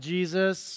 Jesus